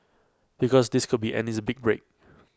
because this could be Andy's big break